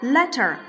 Letter